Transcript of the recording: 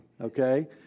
okay